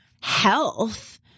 health